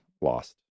lost